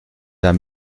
der